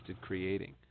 creating